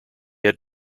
had